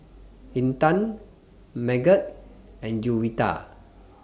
Intan Megat and Juwita